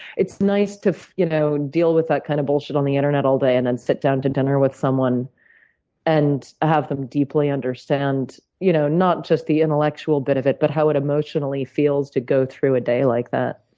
it's nice to you know deal with that kind of bullshit on the internet all day and then sit down to dinner with someone and have them deeply understand, you know not just the intellectual bit of it, but how it emotionally feels to go through a day like that.